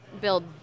build